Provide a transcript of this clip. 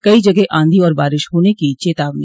कई जगह आंधी और बारिश होने की चेतावनी